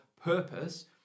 purpose